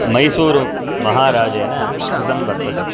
मैसूरूमहाराजेन कृतं वर्तते